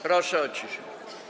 Proszę o ciszę.